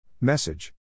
Message